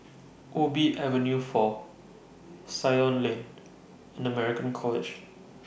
Ubi Avenue four Ceylon Lane and American College